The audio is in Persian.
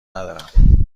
ندارم